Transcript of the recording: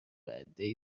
عدهای